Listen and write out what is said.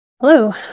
Hello